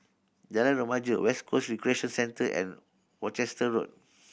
Jalan Remaja West Coast Recreation Centre and Worcester Road